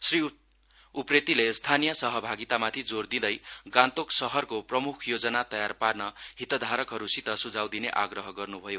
श्री उप्रेतीले स्थानीय सहभागितामाथि जोर दिँदै गान्तोक शहरको प्रमुख योजना तयार पार्न हितधाहरहरूसित सुझाउ दिने आप्रह गर्नुभयो